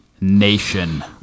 nation